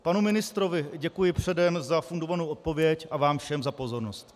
Panu ministrovi děkuji předem za fundovanou odpověď a vám všem za pozornost.